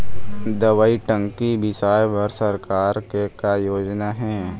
दवई टंकी बिसाए बर सरकार के का योजना हे?